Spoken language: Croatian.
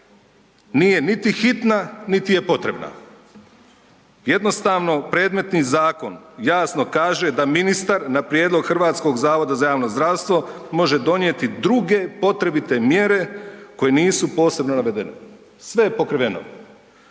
nije niti hitna, niti je potrebna. Jednostavno predmetni zakon jasno kaže da ministar na prijedlog HZJZ može donijeti druge potrebite mjere koje nisu posebno navedene, sve je pokriveno.